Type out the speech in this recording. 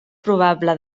probable